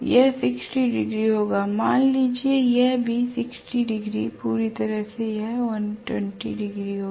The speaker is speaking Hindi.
यह 60 होगा मान लीजिए यह भी 60 पूरी तरह से यह 120 होगा